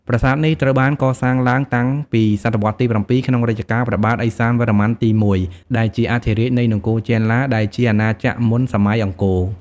ប្រាសាទទាំងនេះត្រូវបានកសាងឡើងតាំងពីសតវត្សទី ៧ ក្នុងរជ្ជកាលព្រះបាទឦសានវរ្ម័នទី ១ ដែលជាអធិរាជនៃនគរចេនឡា ដែលជាអាណាចក្រមុនសម័យអង្គរ។